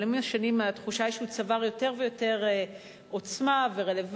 אבל התחושה היא שעם השנים הוא צבר יותר ויותר עוצמה ורלוונטיות,